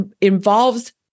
involves